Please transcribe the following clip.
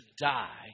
die